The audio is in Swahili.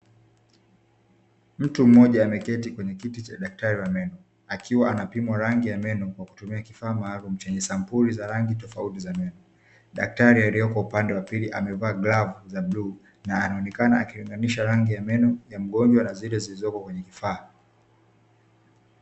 Mtu mmoja ameketi katika kiti cha daktari wa meno akiwa anapimwa rangi ya meno kwa kutumia kifaa maalumu chenye sampuli za rangi tofauti za meno, daktari aliyeko upande wa pili akivaa glavu za bluu na anaonekana akilinganisha rangi ya meno ya mgonjwa na zile zilizoko kwenye kifaa.